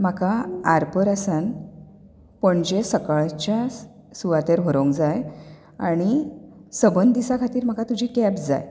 म्हाका आरपोरा सान पणजे सकाळींच्या सुवातेर व्हरोंक जाय आनी सबंद दिसा खातीर म्हाका तुजी कॅब जाय